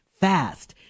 fast